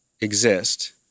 exist